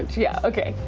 yeah, okay.